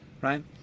right